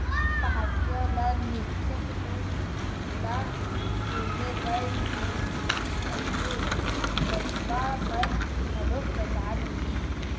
पहाटिया ल निच्चट दूद ल दूहे बर झन कहिबे बछवा बर घलो बचा देही